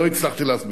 לא הצלחתי להסביר.